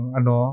ano